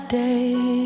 day